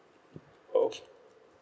okay